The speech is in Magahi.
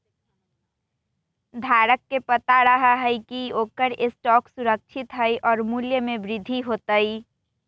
धारक के पता रहा हई की ओकर स्टॉक सुरक्षित हई और मूल्य में वृद्धि होतय